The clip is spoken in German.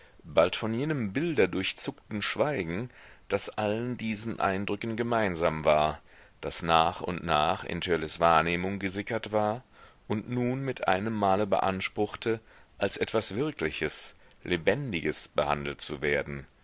bald von jenem bilderdurchzuckten schweigen das allen diesen eindrücken gemeinsam war das nach und nach in törleß wahrnehmung gesickert war und nun mit einem male beanspruchte als etwas wirkliches lebendiges behandelt zu werden